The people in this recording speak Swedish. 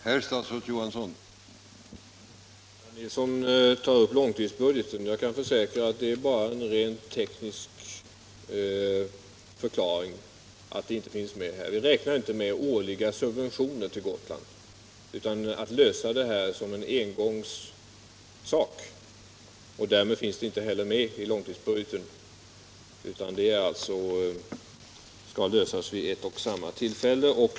Herr talman! Herr Nilsson i Visby tar upp långtidsbudgeten. Jag kan försäkra att det är en rent teknisk förklaring till att det inte finns med 69 någonting där. Vi räknar inte med några årliga subventioner till Gotland utan vill lösa frågan som en engångssak. Därmed finns det inte med någonting i långtidsbudgeten. Vi skall alltså lösa frågan vid ett och samma tillfälle.